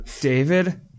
David